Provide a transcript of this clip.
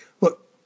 Look